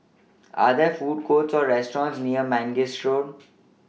Are There Food Courts Or restaurants near Mangis Road